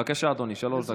בבקשה, אדוני, שלוש דקות.